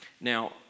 Now